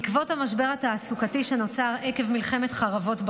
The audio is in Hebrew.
בעקבות המשבר התעסוקתי שנוצר עקב מלחמת חרבות ברזל,